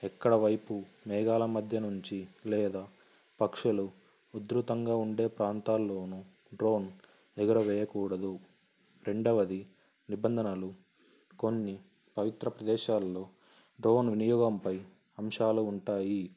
ఎక్కడ వైపు మేఘాల మధ్య నుంచి లేదా పక్షులు ఉదృతంగా ఉండే ప్రాంతాల్లోనూ డ్రోన్ ఎగురవేయకూడదు రెండవది నిబంధనలు కొన్ని పవిత్ర ప్రదేశాల్లో డ్రోన్ వినియోగంపై అంశాలు ఉంటాయి